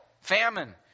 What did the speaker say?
famine